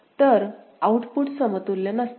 तर आउटपुट समतुल्य नसतात